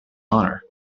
honour